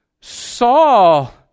Saul